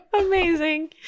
Amazing